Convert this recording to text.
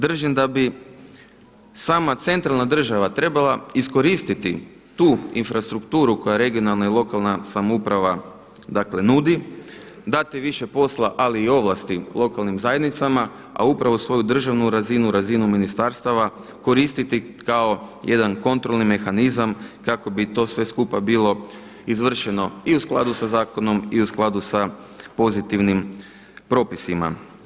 Držim da bi sama centralna država trebala iskoristiti tu infrastrukturu koja lokalna i regionalna samouprava nudi, dati više posla, ali i ovlasti lokalnim zajednicama, a upravo svoju državnu razinu, razinu ministarstava koristiti kao jedan kontrolni mehanizam kako bi to sve skupa bilo izvršeno i u skladu sa zakonom i u skladu sa pozitivnim propisima.